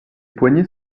poignées